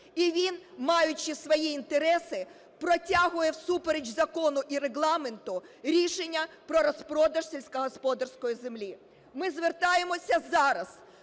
і він, маючи свої інтереси, протягує всупереч закону і Регламенту рішення про розпродаж сільськогосподарської землі. Ми звертаємося зараз